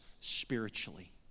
spiritually